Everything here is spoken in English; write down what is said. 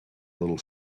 little